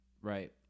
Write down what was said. Right